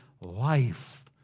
life